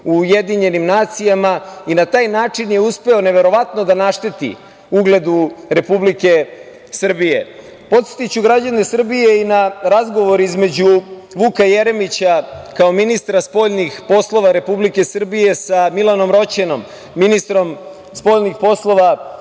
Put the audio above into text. funkciju u UN i na taj način je uspeo neverovatno da našteti ugledu Republike Srbije. Podsetiću građane Srbije i na razgovor između Vuka Jeremića, kao ministra spoljnih poslova Republike Srbije sa Milanom Roćinom, ministrom spoljnih poslova